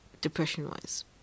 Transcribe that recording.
depression-wise